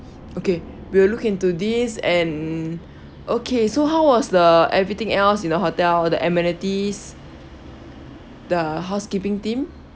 okay we will look into this and okay so how was the everything else you know hotel the amenities the housekeeping team